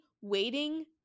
waiting